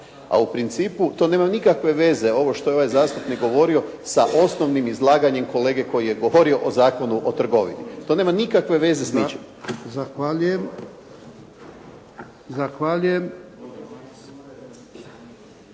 a u principu to nema nikakve veze ovo što je ovaj zastupnik govorio sa osnovnim izlaganjem kolege koji je govorio o Zakonu o trgovini. To nema nikakve veze s ničim. **Jarnjak,